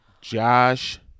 Josh